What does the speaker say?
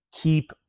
keep